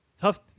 Tough